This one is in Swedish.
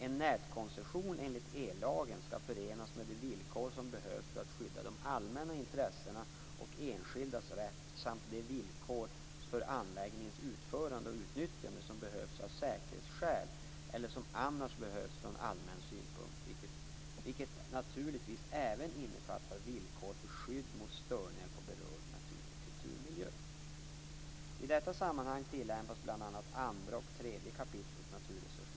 En nätkoncession enligt ellagen skall förenas med de villkor som behövs för att skydda de allmänna intressena och den enskildes rätt samt med de villkor för anläggningens utförande och utnyttjande som behövs av säkerhetsskäl eller som annars behövs från allmän synpunkt, vilket naturligtvis även innefattar villkor för skydd mot störningar på berörd natur och kulturmiljö. I detta sammanhang tillämpas bl.a. 2 och 3 kap. NRL.